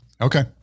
Okay